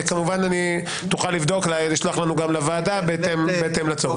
תוכל לבדוק ולשלוח גם לוועדה בהתאם לצורך.